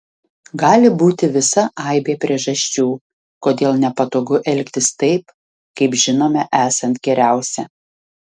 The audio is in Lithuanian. gali būti visa aibė priežasčių kodėl nepatogu elgtis taip kaip žinome esant geriausia